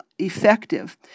effective